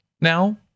now